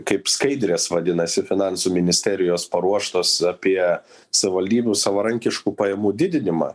kaip skaidrės vadinasi finansų ministerijos paruoštos apie savivaldybių savarankiškų pajamų didinimą